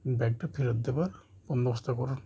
ব্যাগটা ফেরত দেবার বন্দোবস্ত করেন